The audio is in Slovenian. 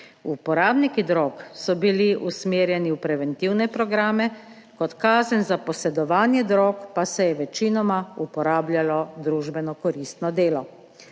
Uporabniki drog so bili usmerjeni v preventivne programe, kot kazen za posedovanje drog pa se je večinoma uporabljalo družbeno koristno delo.